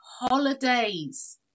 holidays